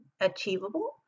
achievable